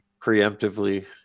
preemptively